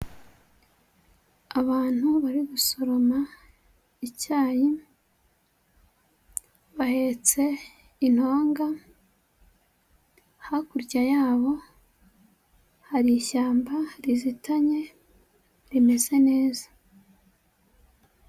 Abantu bari gusoroma icyayi bahetse intonga, hakurya yabo hari ishyamba rizitanye rimeze neza.